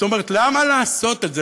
זאת אומרת, למה לעשות את זה?